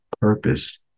purpose